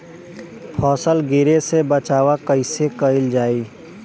फसल गिरे से बचावा कैईसे कईल जाई?